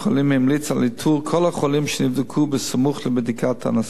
המליץ על איתור כל החולים שנבדקו סמוך לבדיקת הנשא.